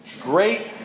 great